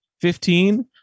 fifteen